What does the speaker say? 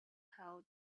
held